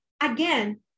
again